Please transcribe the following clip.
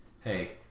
hey